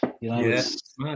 Yes